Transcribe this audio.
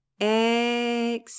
Exhale